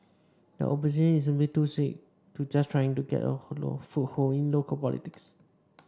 the opposition is simply too sick just trying to get a foothold in local politics